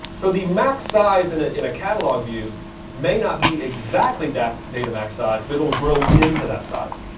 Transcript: so the max size in ah in a catalog view may not be exactly that data max size, but it'll grow into that size.